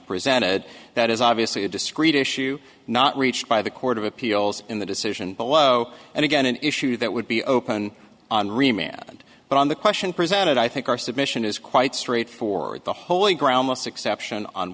presented that is obviously a discrete issue not reached by the court of appeals in the decision below and again an issue that would be open on remand but on the question presented i think our submission is quite straightforward the holy ground exception on